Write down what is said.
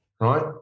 Right